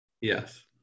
Yes